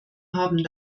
haben